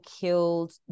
killed